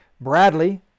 Bradley